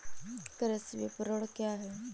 कृषि विपणन क्या है?